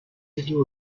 жилийн